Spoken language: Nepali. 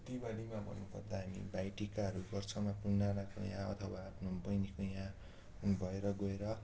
दिवालीमा भन्नुपर्दा हामी भाइटीकाहरू गर्छौँ आफ्नो नानाको यहाँ अथवा आफ्नो बहिनीको यहाँ भएर गएर